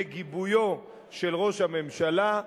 בגיבויו של ראש הממשלה,